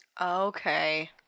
Okay